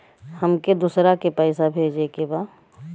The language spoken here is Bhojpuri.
हमके दोसरा के पैसा भेजे के बा?